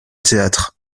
théâtre